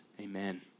amen